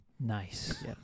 Nice